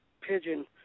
pigeon